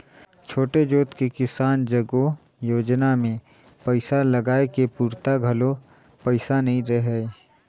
छोटे जोत के किसान जग ओ योजना मे पइसा लगाए के पूरता घलो पइसा नइ रहय